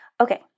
Okay